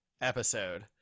episode